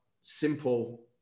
simple